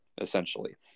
Essentially